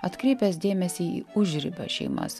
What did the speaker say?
atkreipęs dėmesį į užribio šeimas